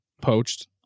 poached